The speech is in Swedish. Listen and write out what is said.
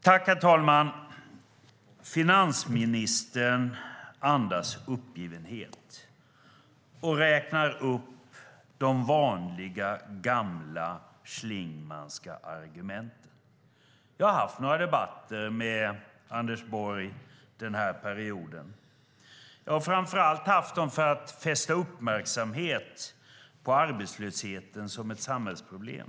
Herr talman! Finansministern andas uppgivenhet och räknar upp de vanliga gamla schlingmannska argumenten. Jag har haft några debatter med Anders Borg den här perioden. Jag har framför allt haft dem för att fästa uppmärksamhet på arbetslösheten som samhällsproblem.